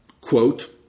quote